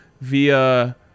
via